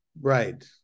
right